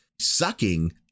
sucking